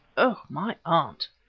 oh! my aunt!